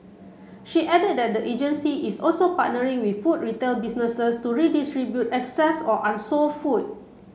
she added that the agency is also partnering with food retail businesses to redistribute excess or unsold food